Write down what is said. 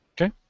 Okay